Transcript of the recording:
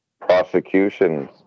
prosecutions